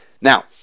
Now